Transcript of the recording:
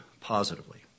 positively